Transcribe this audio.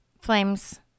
Flames